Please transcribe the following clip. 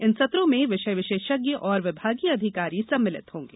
इन सत्रों में विषय विशेषज्ञ तथा विभागीय अधिकारी सम्मिलित होंगे